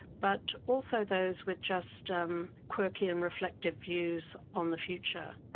but also those with just um quirky and reflective views on the future.